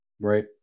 Right